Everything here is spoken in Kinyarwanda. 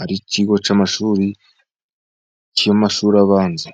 ari ikigo cy'amashuri cy'amashuri abanza.